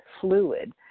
fluid